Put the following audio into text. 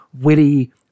witty